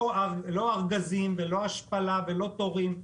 לא ארגזים ולא השפלה ולא תורים,